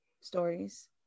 stories